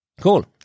Cool